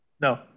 No